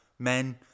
Men